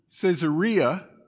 Caesarea